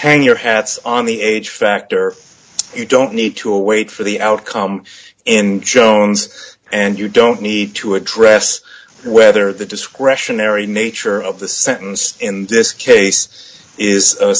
hang your hats on the age factor you don't need to await for the outcome in jones and you don't need to address whether the discretionary nature of the sentence in this case is